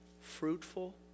fruitful